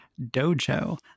dojo